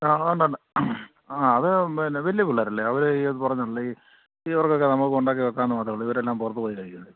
ആ ഉണ്ടുണ്ട് ആ അതു പിന്നെ വലിയ പിള്ളേരല്ലേ അവര് ഇതു പറഞ്ഞതുപോലെയല്ല ഈ ഇവർക്കൊക്കെ നമുക്ക് ഉണ്ടാക്കിവയ്ക്കാമെന്നു മാത്രമേ ഉള്ളൂ ഇവരെല്ലാം പുറത്തുപോയാണു കഴിക്കുന്നത് ഈ പിള്ളേര്